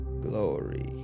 glory